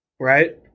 Right